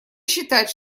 считать